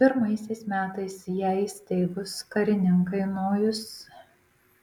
pirmaisiais metais ją įsteigus karininkai nojus